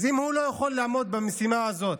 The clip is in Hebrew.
אז אם הוא לא יכול לעמוד במשימה הזאת,